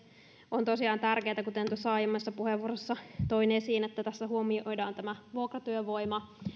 on tosiaan tärkeätä kuten tuossa aiemmassa puheenvuorossa toin esiin että tässä huomioidaan tämä vuokratyövoima